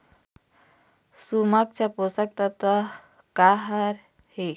सूक्ष्म पोषक तत्व का हर हे?